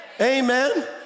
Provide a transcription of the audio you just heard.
amen